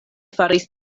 faris